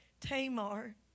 Tamar